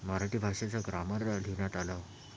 मराठी भाषेचं ग्रामर लिहिण्यात आलं